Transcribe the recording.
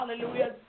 hallelujah